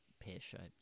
pear-shaped